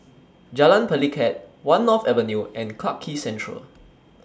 Jalan Pelikat one North Avenue and Clarke Quay Central